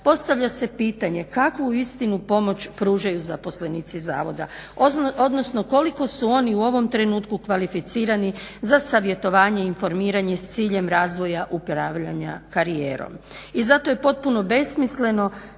postavlja se pitanje kakvu uistinu pomoć pružaju zaposlenici zavoda, odnosno koliko su oni u ovom trenutku kvalificirani za savjetovanje i informiranje s ciljem razvoja upravljanja karijerom. I zato je potpuno besmisleno,